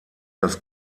das